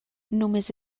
només